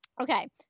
Okay